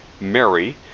Mary